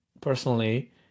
personally